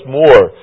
more